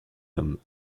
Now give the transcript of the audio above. hommes